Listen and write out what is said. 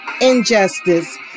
injustice